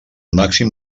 màxim